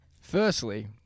Firstly